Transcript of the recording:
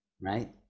right